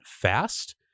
fast